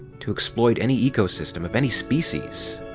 to exploit any ecosystem of any species,